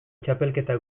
txapelketa